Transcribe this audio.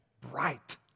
bright